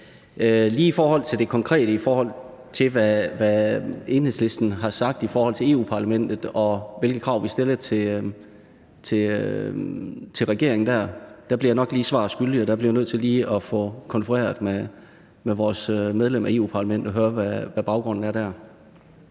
Lige med hensyn til det konkrete om, hvad Enhedslisten har sagt i forhold til EU-Parlamentet, og hvilke krav vi stiller til regeringen, bliver jeg nok svar skyldig. Det bliver jeg nødt til at lige at få konfereret med vores medlem af EU-Parlamentet for at høre, hvad baggrunden er der.